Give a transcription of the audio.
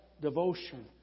devotion